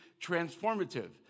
transformative